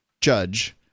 judge